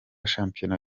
shampiyona